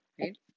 right